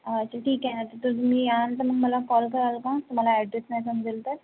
अच्छा ठीक आहे ना तिथे तुम्ही याल तर मग मला कॉल कराल का मला ऍड्रेस नाही समजेल तर